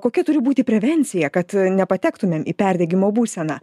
kokia turi būti prevencija kad nepatektumėm į perdegimo būseną